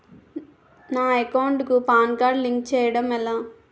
నా అకౌంట్ కు PAN card link చేయడం ఎలా?